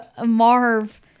Marv